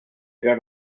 era